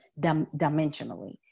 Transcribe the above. dimensionally